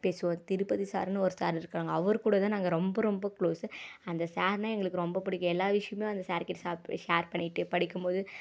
திருப்பதி சார்னு ஒரு சார் இருக்கிறாங்க அவர்கூட தான் நாங்கள் ரொம்ப ரொம்ப குளோஸு அந்த சார்னா எங்களுக்கு ரொம்ப பிடிக்கும் எல்லா விவசயமும் அந்த சாருக்கிட்டே சா ஷேர் பண்ணிகிட்டு படிக்கும் போது